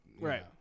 Right